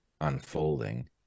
unfolding